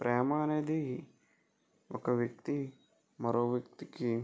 ప్రేమ అనేది ఒక వ్యక్తి మరో వ్యక్తికి